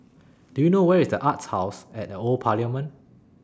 Do YOU know Where IS The Arts House At The Old Parliament